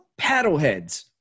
Paddleheads